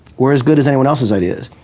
were as good as anyone else's ideas,